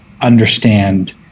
understand